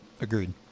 agreed